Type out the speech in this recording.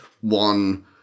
One